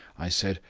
i said,